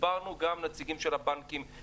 ודיברנו גם עם הנציגים של הבנקים,